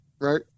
right